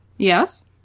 Yes